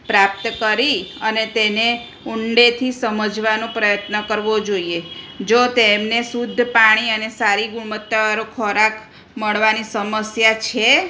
પ્રાપ્ત કરી અને તેને ઉંડેથી સમજવાનો પ્રયત્ન કરવો જોઈએ જો તેમને શુદ્ધ પાણી અને સારી ગુણવત્તાવાળો ખોરાક મળવાની સમસ્યા છે